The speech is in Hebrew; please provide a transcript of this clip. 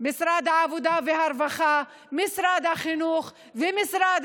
משרד העבודה והרווחה, משרד החינוך ומשרד